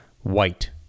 White